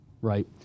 right